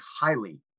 highly